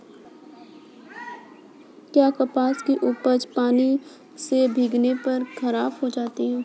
क्या कपास की उपज पानी से भीगने पर खराब हो सकती है?